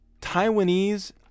Taiwanese